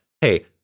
hey